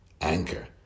Anchor